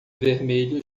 vermelho